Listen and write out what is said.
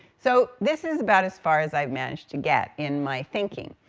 so this is about as far as i've managed to get in my thinking,